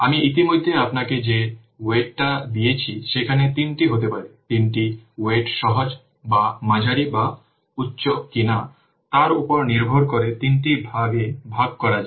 আমি ইতিমধ্যেই আপনাকে যে ওয়েটটা দিয়েছি সেখানে তিনটা হতে পারে 3টি ওয়েট সহজ বা মাঝারি বা উচ্চ কিনা তার উপর নির্ভর করে তিনটি ভাগে ভাগ করা যায়